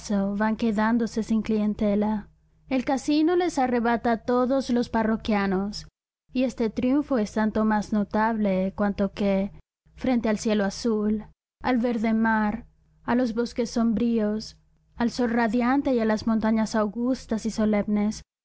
van quedándose sin clientela el casino les arrebata todos los parroquianos y este triunfo es tanto más notable cuanto que frente al cielo azul al verde mar a los bosques sombríos al sol radiante y a las montañas augustas y solemnes